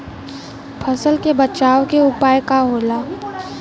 फसल के बचाव के उपाय का होला?